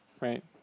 right